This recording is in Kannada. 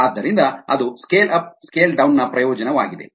ಆದ್ದರಿಂದ ಅದು ಸ್ಕೇಲ್ ಅಪ್ ಸ್ಕೇಲ್ ಡೌನ್ ನ ಪ್ರಯೋಜನವಾಗಿದೆ